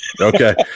Okay